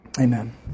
Amen